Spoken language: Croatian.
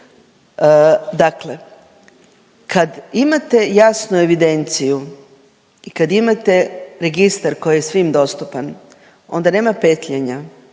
Dakle, kad imate jasnu evidenciju i kad imate registar koji je svim dostupan onda nema petljanja,